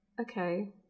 okay